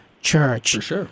church